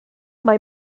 mae